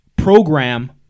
program